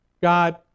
God